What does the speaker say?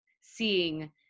seeing